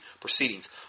proceedings